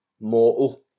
mortal